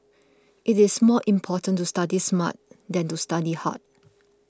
it is more important to study smart than to study hard